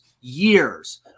years